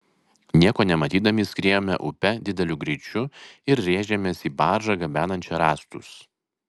nieko nematydami skriejome upe dideliu greičiu ir rėžėmės į baržą gabenančią rąstus